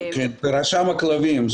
ברשם הכלבים.